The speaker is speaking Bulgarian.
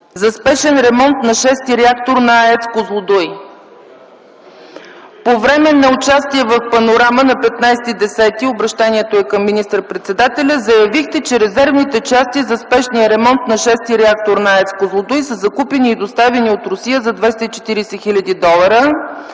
за спешен ремонт на VІ реактор на АЕЦ „Козлодуй”: „По време на участие в „Панорама” на 15.10.2010 г. - обръщението е към министър-председателя - заявихте, че резервните части за спешния ремонт на VІ реактор на АЕЦ „Козлодуй” са закупени и доставени от Русия за 240 хил. долара,